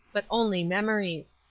but only memories.